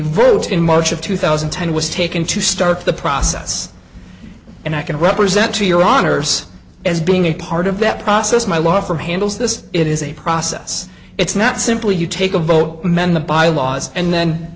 vote in march of two thousand and ten was taken to start the process and i can represent to your honor's as being a part of that process my law firm handles this it is a process it's not simply you take a vote mend the bylaws and then